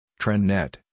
TrendNet